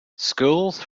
schools